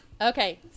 Okay